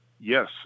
Yes